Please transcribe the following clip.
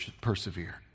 persevere